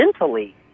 mentally